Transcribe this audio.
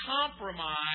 compromise